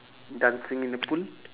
dancing in the pool